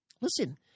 listen